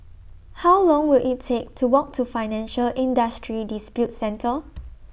How Long Will IT Take to Walk to Financial Industry Disputes Center